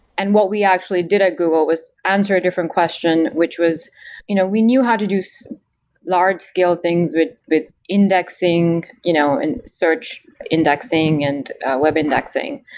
and what we actually did at google was answer a different question, which was you know we knew how to do so large scale things with with indexing you know and search indexing and web indexing.